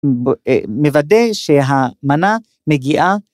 מוודא שהמנה מגיעה.